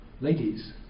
Ladies